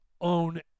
own